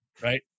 right